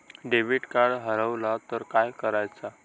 Debit card हरवल तर काय करायच?